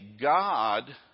God